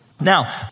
Now